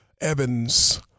Evans